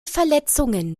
verletzungen